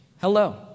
Hello